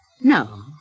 No